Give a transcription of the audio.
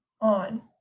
on